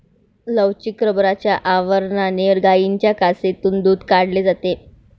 लवचिक रबराच्या आवरणाने गायींच्या कासेतून दूध काढले जाते